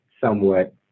somewhat